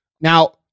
Now